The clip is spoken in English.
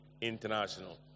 International